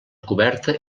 coberta